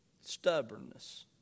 stubbornness